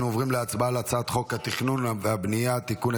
אנו עוברים להצבעה על הצעת חוק התכנון והבנייה (תיקון,